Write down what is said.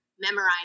memorize